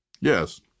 Yes